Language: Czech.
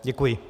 Děkuji.